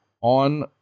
on